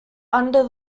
under